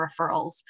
referrals